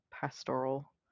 pastoral